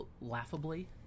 laughably –